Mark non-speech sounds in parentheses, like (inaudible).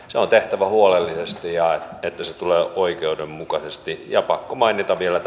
se on tehtävä huolellisesti että se tulee oikeudenmukaisesti ja pakko mainita vielä (unintelligible)